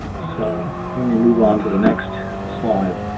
so let me move on to the next slide.